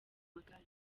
magare